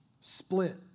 split